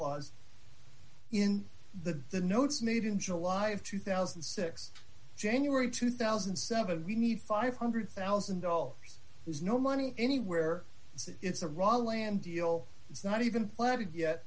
clause in the the notes made in july of two thousand and six january two thousand and seven we need five hundred thousand dollars there's no money anywhere it's a raw land deal it's not even planted yet